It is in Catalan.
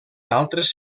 altres